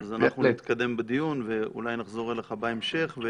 אז אנחנו נתקדם בדיון ואולי נחזור אליך בהמשך.